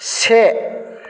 से